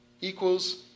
equals